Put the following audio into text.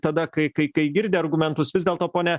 tada kai kai kai girdi argumentus vis dėlto pone